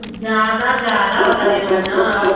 ज़्यादा ज़्यादा बता रही हैं मैम ना आप